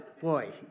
boy